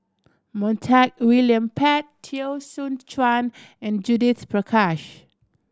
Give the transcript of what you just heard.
Montague William Pett Teo Soon Chuan and Judith Prakash